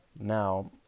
Now